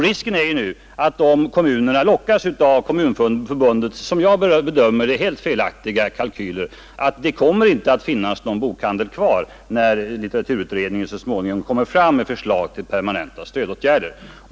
Risken är nu att om kommunerna lockas av Kommunförbundets som jag bedömer det helt felaktiga kalkyler kommer det i stora delar av landet inte att finnas någon bokhandel kvar, när litteraturutredningen så småningom lägger fram förslag till permanenta stödåtgärder.